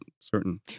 certain